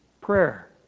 prayer